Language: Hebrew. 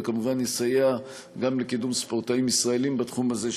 וכמובן יסייע גם לקידום ספורטאים ישראלים בתחום הזה,